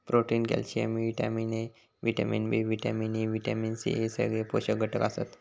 protein, calcium, vitamin A, vitamin B, vitamin E, vitamin C हे सगळे पोषक घटक आसत